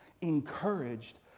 encouraged